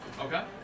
Okay